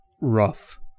rough